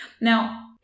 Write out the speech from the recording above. now